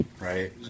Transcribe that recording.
Right